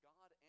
God